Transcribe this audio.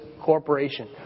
corporation